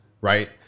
right